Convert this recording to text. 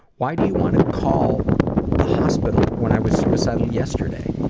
why do you want to call the hospital when i was suicidal yesterday?